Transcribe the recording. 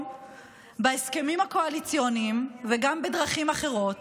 בהסכמים הקואליציוניים וגם בדרכים אחרות